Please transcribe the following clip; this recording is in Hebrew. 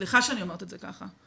סליחה שאני אומרת את זה ככה.